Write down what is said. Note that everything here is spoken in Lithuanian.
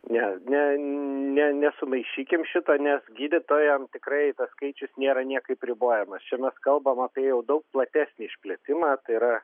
ne ne ne nesumaišykim šito nes gydytojam tikrai tas skaičius nėra niekaip ribojamas čia mes kalbam apie jau daug platesnį išplėtimą tai yra